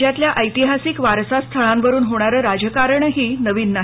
राज्यातल्या ऐतिहासिक वारसा स्थळांवरून होणारं राजकारणही नवीन नाही